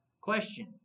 question